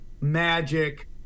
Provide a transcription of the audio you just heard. magic